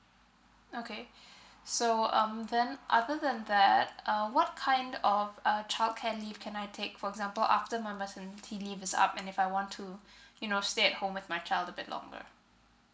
okay so um then other than that uh what kind of a childcare leave can I take for example after my maternity leave is up and if I want to you know stay at home with my child a bit longer